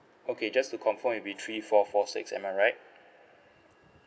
okay just to confirm it'll be three four four six am I right